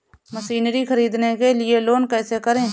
Machinery ख़रीदने के लिए लोन कैसे करें?